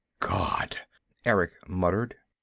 god erick muttered.